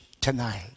tonight